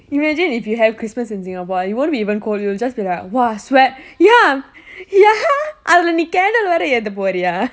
imagine if you have christmas in singapore it won't be even cold it will just be like !wah! sweat ya ya அதுலே நீ:athule nee candle வேறே ஏத்த போறியா:vere yettha poriya